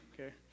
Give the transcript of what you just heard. Okay